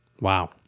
Wow